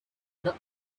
the